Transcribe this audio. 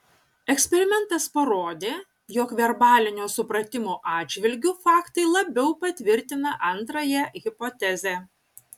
eksperimentas parodė jog verbalinio supratimo atžvilgiu faktai labiau patvirtina antrąją hipotezę